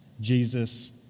Jesus